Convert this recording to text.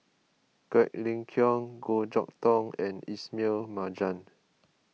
Quek Ling Kiong Goh Chok Tong and Ismail Marjan